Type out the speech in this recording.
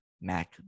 Mac